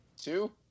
two